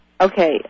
Okay